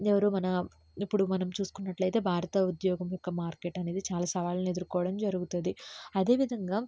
ఎవరు మన ఇప్పుడు మనం చూసుకున్నట్లయితే భారత ఉద్యోగం యొక్క మార్కెట్ అనేది చాలా సవాళ్ళను ఎదుర్కోవడం జరుగుతుంది అదేవిధంగా